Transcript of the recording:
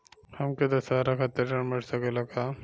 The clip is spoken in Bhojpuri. हमके दशहारा खातिर ऋण मिल सकेला का?